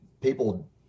people